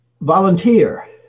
volunteer